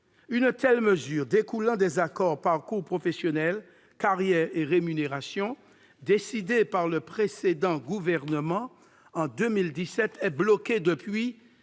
Une telle mesure, découlant des accords « Parcours professionnels, carrières et rémunérations », décidée par le précédent gouvernement en 2017 et bloquée depuis,